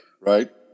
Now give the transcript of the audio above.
Right